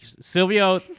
Silvio